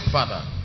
Father